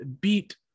beat